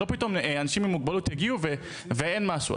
שלא פתאום אנשים עם מוגבלות יגיעו ואין משהו.